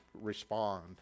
respond